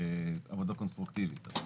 עבודה קונסטרוקטיבית.